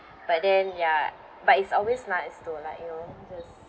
but then ya but it's always nice to like you know just